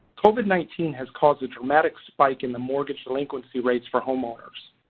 covid nineteen has caused a dramatic spike in the mortgage delinquency rates for homeowners.